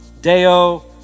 Deo